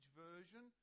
version